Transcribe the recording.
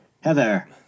Heather